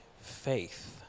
faith